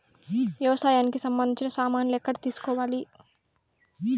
వ్యవసాయానికి సంబంధించిన సామాన్లు ఎక్కడ తీసుకోవాలి?